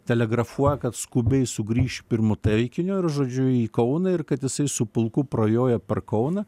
telegrafuoja kad skubiai sugrįš pirmu taikiniu ir žodžiu į kauną ir kad jisai su pulku prajoja per kauną